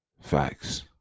Facts